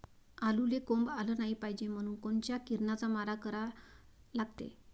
आलूले कोंब आलं नाई पायजे म्हनून कोनच्या किरनाचा मारा करा लागते?